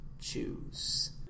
choose